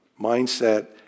mindset